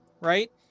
right